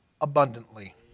abundantly